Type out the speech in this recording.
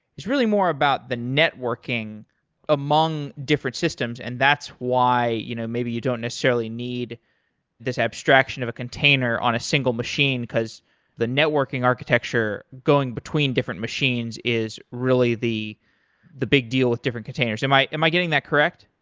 is really more about the networking among different systems, and that's why you know maybe you don't necessarily need this abstraction of a container on a single machine because the networking architecture going between different machines is really the the big deal with different container. am i am i getting that correct?